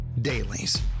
Dailies